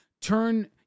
turn